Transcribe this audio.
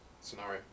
scenario